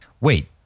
Wait